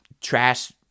trash